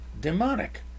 demonic